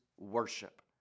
Worship